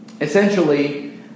Essentially